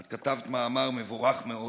את כתבת מאמר מבורך מאוד,